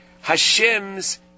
Hashem's